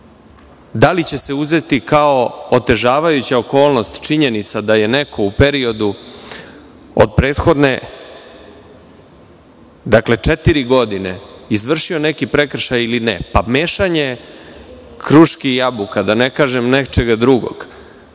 da li će se uzeti kao otežavajuća okolnost činjenica da je neko u periodu od prethodne četiri godine izvršio neki prekršaj ili ne, to je mešanje kruški i jabuka, da ne kažem nečega drugog.